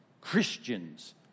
Christians